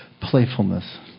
playfulness